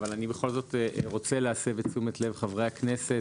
אבל אני בכל זאת רוצה להסב את תשומת לב חברי הכנסת